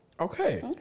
Okay